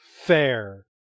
fair